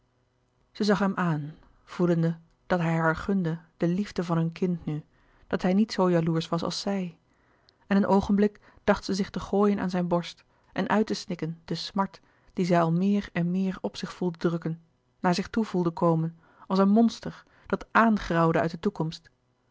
zij zag hem aan voelende dat hij haar gunde de liefde van hun kind nu dat hij niet zoo jaloersch was als zij en een oogenblik dacht zij zich te gooien aan zijn borst en uit te snikken de smart die zij al meer en meer op zich voelde drukken naar zich toe voelde komen als een monster dat aangrauwde uit de toekomst